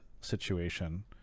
situation